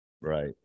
Right